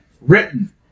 written